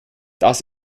das